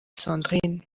sandrine